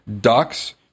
ducks